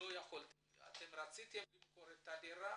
אתם רציתם למכור את הדירה